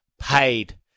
paid